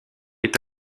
est